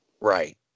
Right